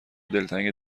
دلتنگ